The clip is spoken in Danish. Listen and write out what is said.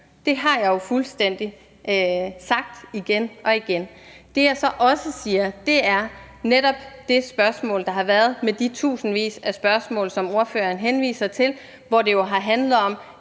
Det er jo fuldstændig det, jeg har sagt igen og igen. Det, jeg så også siger, er netop om det spørgsmål, der har været med de tusindvis af spørgsmål, som spørgeren henviser til, hvor det jo har handlet om,